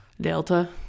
Delta